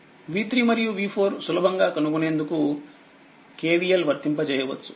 v3మరియు v4 సులభంగా కనుగొనేందుకుKVL వర్తింపజేయవచ్చు